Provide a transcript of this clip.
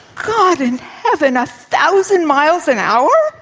god in heaven! a thousand miles an hour?